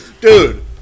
dude